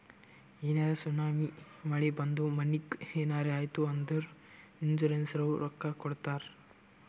ಏನರೇ ಸುನಾಮಿ, ಮಳಿ ಬಂದು ಮನಿಗ್ ಏನರೇ ಆಯ್ತ್ ಅಂದುರ್ ಇನ್ಸೂರೆನ್ಸನವ್ರು ರೊಕ್ಕಾ ಕೊಡ್ತಾರ್